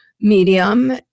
medium